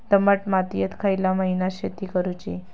दमट मातयेत खयल्या महिन्यात शेती करुची?